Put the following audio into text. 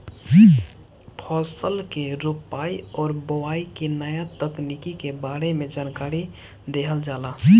फसल के रोपाई और बोआई के नया तकनीकी के बारे में जानकारी देहल जाला